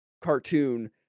cartoon